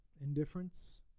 Indifference